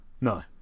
No